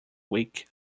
week